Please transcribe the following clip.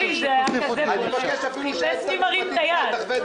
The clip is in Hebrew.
אני מבקש אפילו שהיועצת המשפטית תחווה את דעתה.